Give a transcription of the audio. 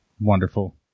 wonderful